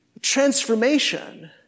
transformation